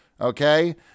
okay